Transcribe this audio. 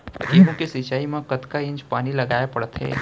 गेहूँ के सिंचाई मा कतना इंच पानी लगाए पड़थे?